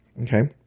Okay